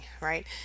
right